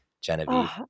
Genevieve